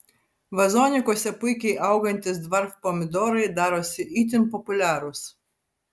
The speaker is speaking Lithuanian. vazonikuose puikiai augantys dvarf pomidorai darosi itin populiarūs